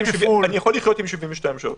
אני יכול לחיות עם 72 שעות.